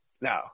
No